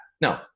No